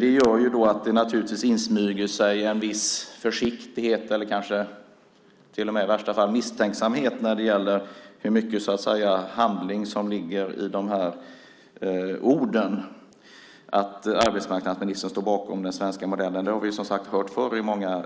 Det gör att det naturligtvis insmyger sig en viss försiktighet, eller kanske till och med i värsta fall misstänksamhet, när det gäller hur mycket handling som ligger i orden att arbetsmarknadsministern står bakom den svenska modellen. Det har vi hört i många